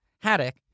Haddock